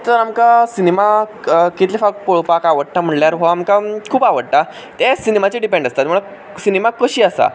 तर आमकां सिनेमा कितले फावट पळोवपाक आवडटा म्हणल्यार हो आमकां खूब आवडटा तें सिनेमाचेर डिपेंड आसता म्हणल्यार सिनेमा कशी आसा